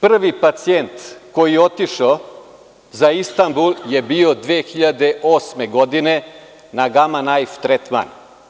Prvi pacijent koji je otišao za Istanbul je bio 2008. godine na„Gama najf“ tretman.